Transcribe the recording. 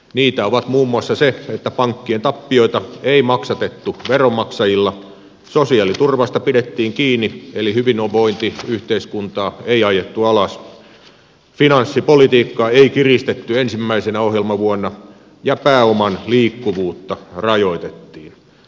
niitä ovat muun muassa se että pankkien tappioita ei maksatettu veronmaksajilla sosiaaliturvasta pidettiin kiinni eli hyvinvointiyhteiskuntaa ei ajettu alas finanssipolitiikkaa ei kiristetty ensimmäisenä ohjelmavuonna ja pääoman liikkuvuutta rajoitettiin